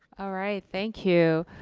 all right, thank you.